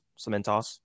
cementos